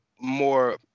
more